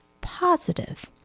positive